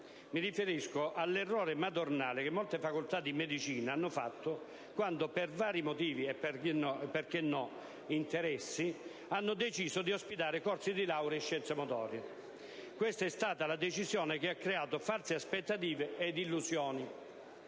Mi riferisco all'errore madornale che molte facoltà di medicina hanno fatto quando, per vari motivi e - perché no - interessi, hanno deciso di ospitare corsi di laurea in scienze motorie. Questa è stata la decisione che ha creato false aspettative ed illusioni.